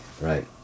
Right